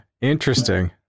Interesting